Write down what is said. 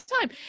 time